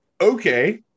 okay